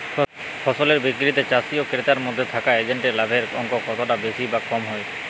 ফসলের বিক্রিতে চাষী ও ক্রেতার মধ্যে থাকা এজেন্টদের লাভের অঙ্ক কতটা বেশি বা কম হয়?